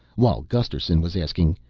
while gusterson was asking,